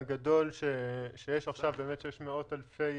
הגדול שיש עכשיו במדינה שיש מאות אלפי